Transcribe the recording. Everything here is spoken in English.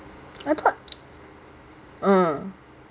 I thought uh